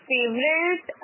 Favorite